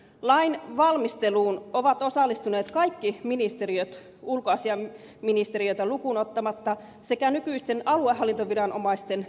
lain valmisteluun ovat osallistuneet kaikki ministeriöt ulkoasiainministeriötä lukuun ottamatta ja siihen on osallistunut nykyisten aluehallintoviranomaisten edustajia